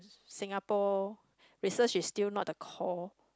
Singapore research is still not the core